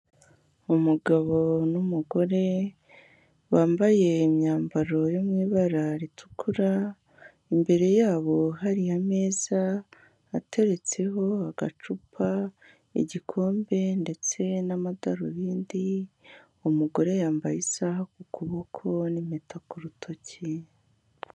Umugabo n'umugore bambaye imyambaro yo mu ibara ritukura, imbere yabo hari ameza ateretseho agacupa, igikombe ndetse n'amadarubindi, umugore yambaye isaha ku kuboko n'impeta ku rutoki.